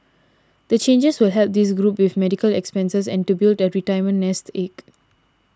the changes will help this group with medical expenses and to build a retirement nest egg